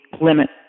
limit